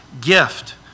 gift